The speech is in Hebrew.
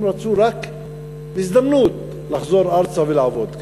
הם רצו רק הזדמנות לחזור ארצה ולעבוד כאן,